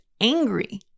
angry